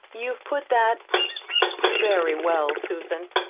you've put that very well, susan.